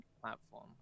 platform